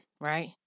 Right